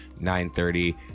9.30